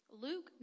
luke